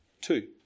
Two